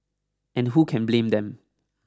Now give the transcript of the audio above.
and who can blame them